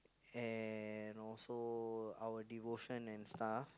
and also our devotion and stuff